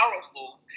powerful